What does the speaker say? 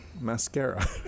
mascara